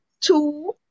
two